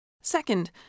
Second